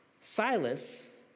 Silas